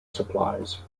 supplies